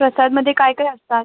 प्रसादमध्ये काय काय असतात